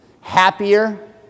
happier